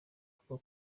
kuba